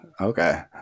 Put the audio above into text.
okay